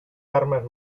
armas